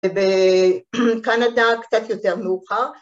‫בקנדה קצת יותר מאוחר.